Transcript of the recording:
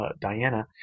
Diana